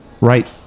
right